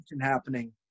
happening